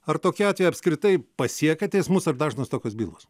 ar tokie atvejai apskritai pasiekia teismus ar dažnos tokios bylos